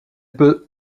peut